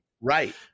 Right